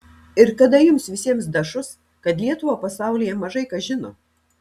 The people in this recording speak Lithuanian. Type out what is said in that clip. ir kada jums visiems dašus kad lietuvą pasaulyje mažai kas žino